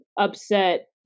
upset